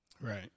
Right